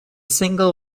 single